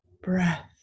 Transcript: breath